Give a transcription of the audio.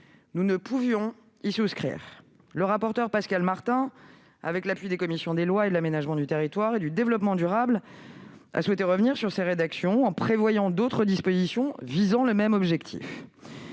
nous ne pouvions y souscrire. Pascal Martin, avec l'appui de la commission des lois et de celle de l'aménagement du territoire et du développement durable, a souhaité revenir sur ces rédactions en prévoyant d'autres dispositions visant le même objectif.